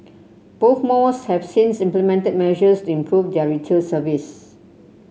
both malls have since implemented measures to improve their retail service